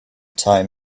time